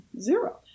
zero